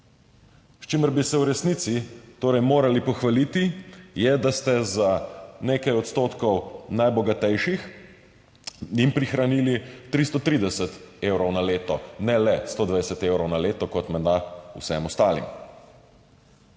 S čimer bi se v resnici torej morali pohvaliti, je, da ste nekaj odstotkom najbogatejših prihranili 330 evrov na leto, ne le 120 evrov na leto kot menda vsem ostalim.